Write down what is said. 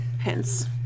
hence